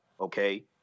Okay